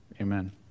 Amen